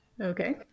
okay